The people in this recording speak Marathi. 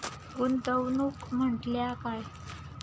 गुंतवणूक म्हटल्या काय?